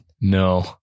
No